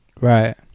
Right